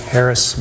Harris